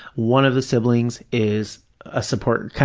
one of the siblings is a support,